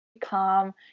calm